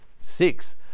six